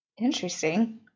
Interesting